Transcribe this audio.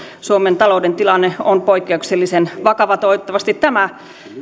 suomen talouden tilanne on poikkeuksellisen vakava toivottavasti tämä